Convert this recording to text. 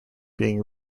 being